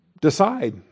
decide